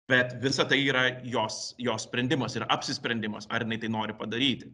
bet visa tai yra jos jos sprendimas ir apsisprendimas ar jinai tai nori padaryti